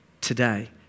today